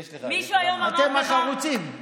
אתם החרוצים.